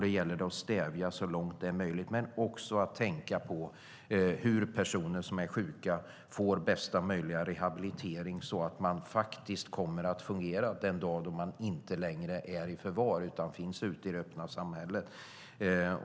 Då gäller det att stävja det så långt det är möjligt men också att tänka på hur personer som är sjuka får bästa möjliga rehabilitering, så att de kommer att fungera den dag då de inte längre är i förvar utan finns ute i det öppna samhället.